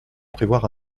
prévoir